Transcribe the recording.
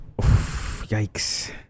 Yikes